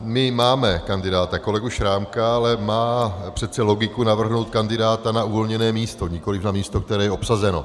My máme kandidáta kolegu Šrámka, ale má přece logiku navrhnout kandidáta na uvolněné místo, nikoliv na místo, které je obsazeno.